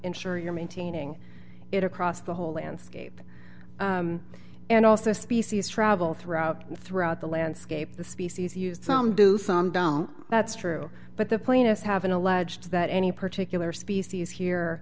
ensure you're maintaining it across the whole landscape and also species travel throughout throughout the landscape the species used some do some don't that's true but the plaintiffs haven't alleged that any particular species here